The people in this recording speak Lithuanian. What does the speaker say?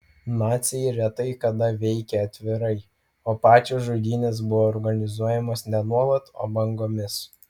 naciai retai kada veikė atvirai o pačios žudynės buvo organizuojamos ne nuolat o bangomis